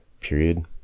period